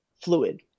fluid